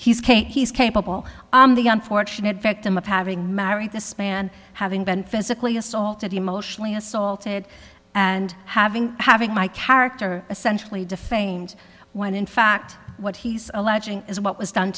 can't he's capable the unfortunate victim of having married the span having been physically assaulted emotionally assaulted and having having my character essentially defamed when in fact what he's alleging is what was done